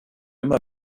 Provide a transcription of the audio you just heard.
immer